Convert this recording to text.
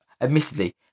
Admittedly